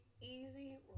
easy